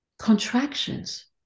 contractions